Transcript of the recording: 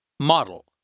Model